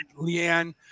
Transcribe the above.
Leanne